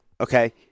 Okay